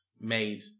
made